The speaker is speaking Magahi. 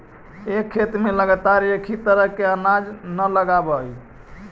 एक खेत में लगातार एक ही तरह के अनाज न लगावऽ